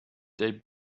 they